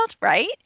right